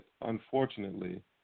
unfortunately